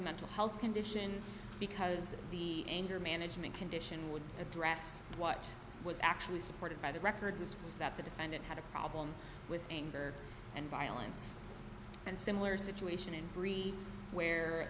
mental health condition because the anger management condition would address what was actually supported by the record this was that the defendant had a problem with anger and violence and similar situation in greek where